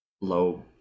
low